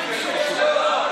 אז אני אומר,